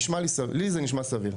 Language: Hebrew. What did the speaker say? נשמע לי, לי זה נשמע סביר.